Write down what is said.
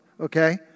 okay